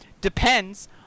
depends